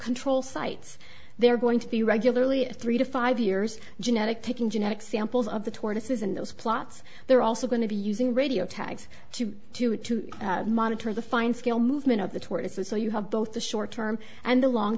control sites they're going to be regularly three to five years genetic taking genetic samples of the tortoises in those plots they're also going to be using radio tags to do it to monitor the fine scale movement of the tortoises so you have both the short term and the long